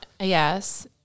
yes